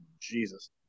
Jesus